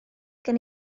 gen